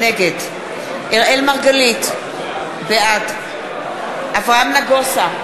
נגד אראל מרגלית, בעד אברהם נגוסה,